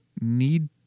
need